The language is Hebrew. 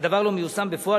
הדבר לא מיושם בפועל.